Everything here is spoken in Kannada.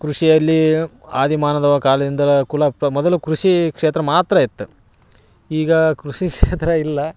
ಕೃಷಿಯಲ್ಲಿ ಆದಿ ಮಾನವ ಕಾಲದಿಂದಲೂ ಕುಲ ಪ್ರ ಮೊದಲು ಕೃಷಿ ಕ್ಷೇತ್ರ ಮಾತ್ರ ಇತ್ತು ಈಗ ಕೃಷಿ ಕ್ಷೇತ್ರ ಇಲ್ಲ